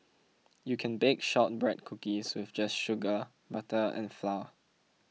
you can bake Shortbread Cookies with just sugar butter and flour